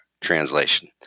translation